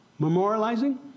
memorializing